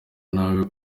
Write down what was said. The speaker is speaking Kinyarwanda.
nabi